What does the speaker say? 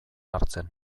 hartzen